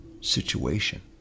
situation